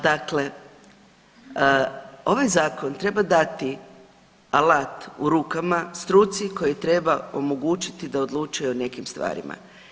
Dakle, ovaj zakon treba dati alat u rukama struci koji treba omogućiti da odlučuju o nekim stvarima.